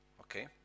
Okay